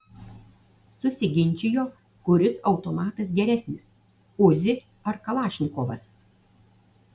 susiginčijo kuris automatas geresnis uzi ar kalašnikovas